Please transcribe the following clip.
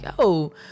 yo